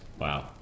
Wow